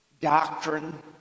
doctrine